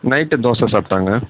night dosa சாப்பிட்டாங்க